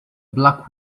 black